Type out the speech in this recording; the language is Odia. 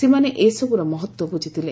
ସେମାନେ ଏସବୁର ମହତ୍ତ୍ୱ ବୁଝିଥିଲେ